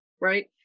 right